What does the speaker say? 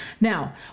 Now